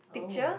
oh